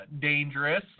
dangerous